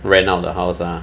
rent out of the house ah